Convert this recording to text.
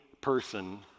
person